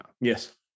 Yes